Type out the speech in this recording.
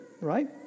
right